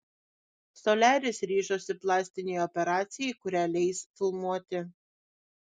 soliaris ryžosi plastinei operacijai kurią leis filmuoti